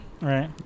right